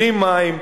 בלי מים,